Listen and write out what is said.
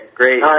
great